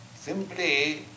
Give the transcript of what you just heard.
Simply